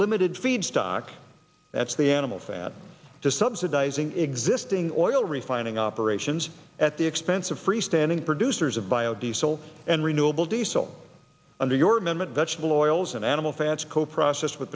limited feedstock that's the animal fat to subsidizing existing or oil refining operations at the expense of freestanding producers of bio diesel and renewable diesel under your commitment vegetable oils and animal fats coprocessor with